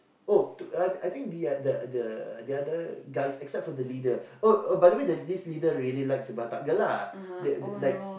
oh to I I think the the other the other guys except for the leader oh oh by the way this leader really likes the batak girl lah the the like